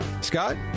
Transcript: Scott